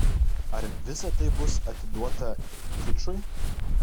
ar visa tai bus atiduota kičui